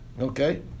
Okay